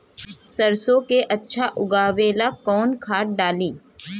सरसो के अच्छा उगावेला कवन खाद्य डाली?